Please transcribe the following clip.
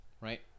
right